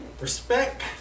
Respect